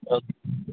okay